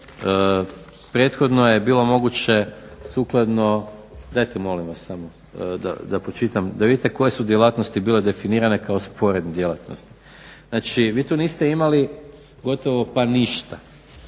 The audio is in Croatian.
prethodno je bilo moguće sukladno, dajte molim vas samo da pročitam da vidite koje su djelatnosti bile definirane kao sporedne djelatnosti. Vi tu niste imali gotovo pa ništa